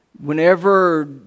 Whenever